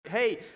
Hey